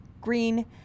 green